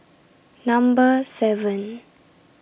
Number seven